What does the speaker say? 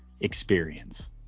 experience